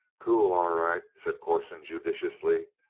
cool, all right, said corson judicially.